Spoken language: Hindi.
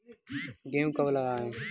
गेहूँ कब लगाएँ?